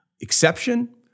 exception